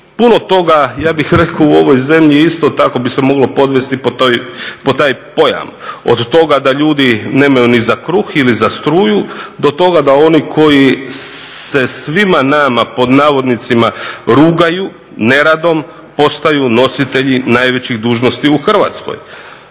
puno toga ja bih rekao u ovoj zemlji isto tako bi se moglo podvesti pod taj pojam. Od toga da ljudi nemaju ni za kruh ili za struju, do toga da oni koji se svima nama pod navodnicima "rugaju" neradom postaju nositelji najvećih dužnosti u Hrvatskoj.